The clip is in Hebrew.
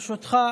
ברשותך,